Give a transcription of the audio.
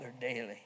daily